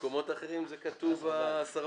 --- במקומות אחרים זה כתוב הסרבן.